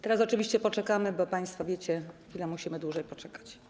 Teraz oczywiście poczekamy, bo państwo wiecie, że musimy dłużej poczekać.